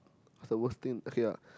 what's the worst thing okay yeah